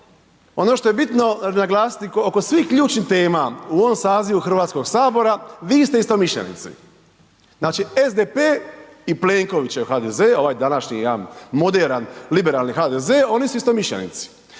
ono što je bitno naglasiti oko svih ključnih tema u ovom sazivu Hrvatskog sabora, vi ste istomišljenici. Znači SDP i Plenkovićev HDZ, ovaj današnji jedan moderan, liberalni HDZ, oni su istomišljenici.